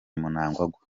mnangagwa